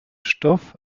stoff